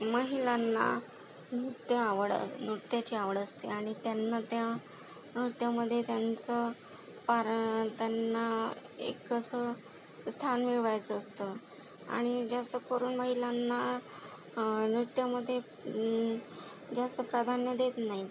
महिलांना नृत्य आवड नृत्याची आवड असते आणि त्यांना त्या नृत्यामध्ये त्यांचं पार त्यांना एक असं स्थान मिळवायचं असतं आणि जास्त करून महिलांना नृत्यामध्ये जास्त प्राधान्य देत नाहीत